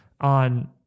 on